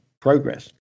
progress